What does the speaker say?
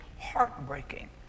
heartbreaking